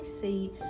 see